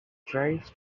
tries